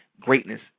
greatness